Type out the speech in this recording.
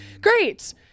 great